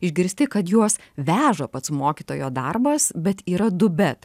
išgirsti kad juos veža pats mokytojo darbas bet yra du bet